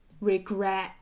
regret